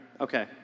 Okay